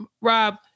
Rob